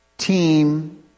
Team